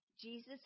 Jesus